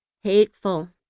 hateful